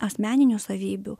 asmeninių savybių